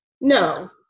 No